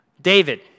David